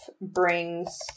brings